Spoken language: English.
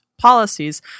policies